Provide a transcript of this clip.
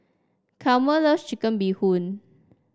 Chalmer loves Chicken Bee Hoon